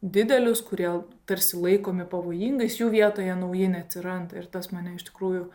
didelius kurie tarsi laikomi pavojingais jų vietoje nauji neatsiranda ir tas mane iš tikrųjų